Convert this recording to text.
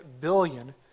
billion